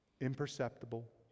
imperceptible